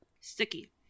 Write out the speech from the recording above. Sticky